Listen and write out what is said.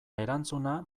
erantzuna